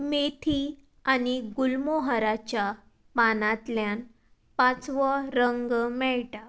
मेथी आनी गुलमोहराच्या पानांतल्यान पांचवो रंग मेळटा